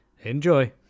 enjoy